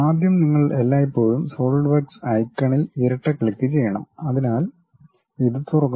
ആദ്യം നിങ്ങൾ എല്ലായ്പ്പോഴും സോളിഡ് വർക്ക്സ് ഐക്കണിൽ ഇരട്ട ക്ലിക്കുചെയ്യണം അതിനാൽ ഇത് തുറക്കുന്നു